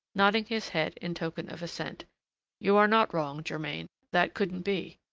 nodding his head in token of assent you are not wrong, germain that couldn't be.